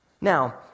Now